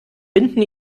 binden